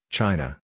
China